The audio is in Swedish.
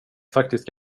faktiskt